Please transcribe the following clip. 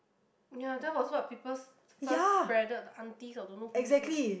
ya that was what people's first spreaded the aunties or don't know who say